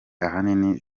ahanini